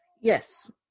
yes